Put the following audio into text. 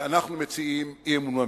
אנחנו מציעים אי-אמון בממשלה.